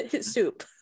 Soup